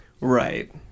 Right